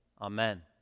amen